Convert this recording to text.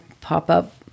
pop-up